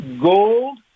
gold